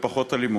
בפחות אלימות,